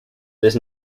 this